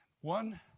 One